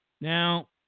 Now